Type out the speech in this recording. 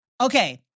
okay